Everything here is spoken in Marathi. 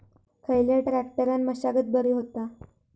खयल्या ट्रॅक्टरान मशागत बरी होता?